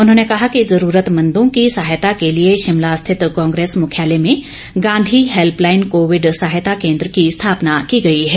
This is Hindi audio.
उन्होंने कहा कि जरूरतमंदों की सहायता के लिए शिमला स्थित कांग्रेस मुख्यालय में गांधी हैल्पलाईन कोविड सहायता केंद्र की स्थापना की गई है